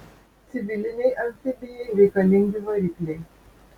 civilinei amfibijai reikalingi varikliai